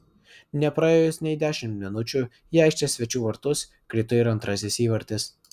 nepraėjus nei dešimt minučių į aikštės svečių vartus krito ir antrasis įvartis